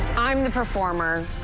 i'm the performer